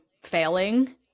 failing